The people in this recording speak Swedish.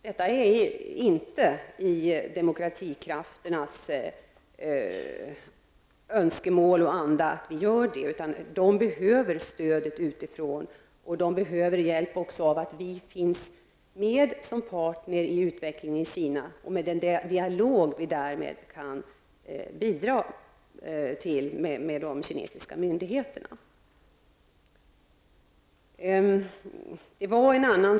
Det är inte förenligt med demokratikrafternas önskemål och anda att vi gör det. Man behöver stödet utifrån, och man behöver också hjälp av att vi finns med som partner i utvecklingen i Kina och den dialog vi därmed kan bidra till med de kinesiska myndigheterna.